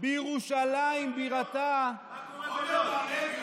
בירושלים בירתה, מה קורה בלוד?